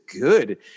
good